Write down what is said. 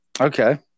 Okay